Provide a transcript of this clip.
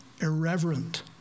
irreverent